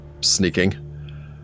sneaking